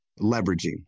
leveraging